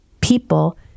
people